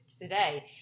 today